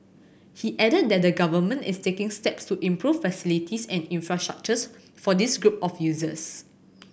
he added that the Government is taking steps to improve facilities and infrastructures for this group of users